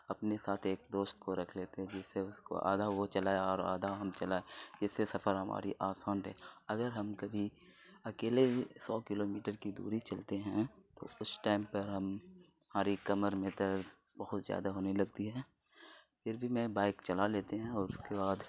اپنے ساتھ ایک دوست کو رکھ لیتے ہیں جس سے اس کو آدھا وہ چلائے اور آدھا ہم چلائے جس سے سفر ہماری آسان رہے اگر ہم کبھی اکیلے ہی سو کلو میٹر کی دوری چلتے ہیں تو اس ٹائم پر ہم ماری کمر میں درد بہت زیادہ ہونے لگتی ہے پھر بھی میں بائک چلا لیتے ہیں اور اس کے بعد